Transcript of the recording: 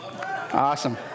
Awesome